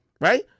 right